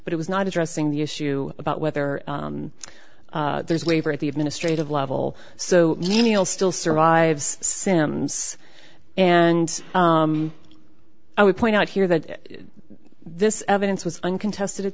but it was not addressing the issue about whether there's a waiver at the administrative level so menial still survives sems and i would point out here that this evidence was uncontested at